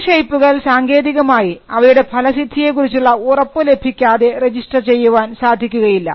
ചില ഷേപ്പുകൾ സാങ്കേതികമായി അവയുടെ ഫലസിദ്ധിയെക്കുറിച്ചുള്ള ഉറപ്പ് ലഭിക്കാതെ രജിസ്റ്റർ ചെയ്യുവാൻ സാധിക്കുകയില്ല